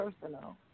personal